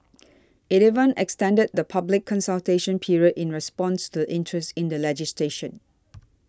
it even extended the public consultation period in response to interest in the legislation